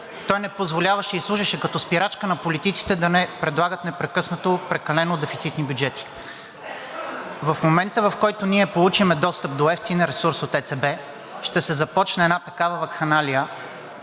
той ни позволяваше и служеше като спирачка на политиците да не предлагат непрекъснато прекалено дефицитни бюджети. В момента, в който ние получим достъп до евтин ресурс от ЕЦБ, ще се започне една такава вакханалия,